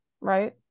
right